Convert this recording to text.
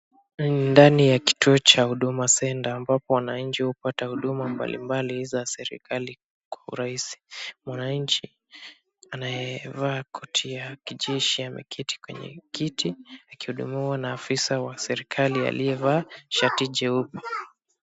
Ndani ya kituo cha Huduma Centre ambapo wananchi hupata huduma mbalimbali za serikali kwa urahisi. Mwananchi anayevaa koti ya kijeshi ameketi kwenye kiti akihudumiwa na afisa wa serikali aliyevaa shati jeupe.